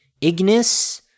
Ignis